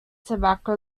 tobacco